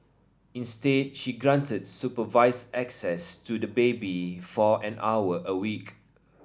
instead she granted supervised access to the baby for an hour a week